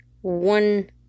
One